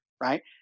Right